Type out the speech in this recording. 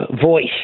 voice